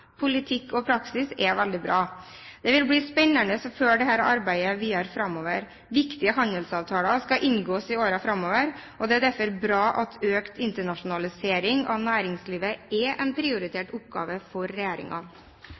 politikk og praksis, er veldig bra. Det vil bli spennende å følge dette arbeidet videre framover. Viktige handelsavtaler skal inngås i årene framover. Det er derfor bra at økt internasjonalisering av næringslivet er en prioritert oppgave for